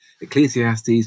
Ecclesiastes